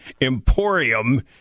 Emporium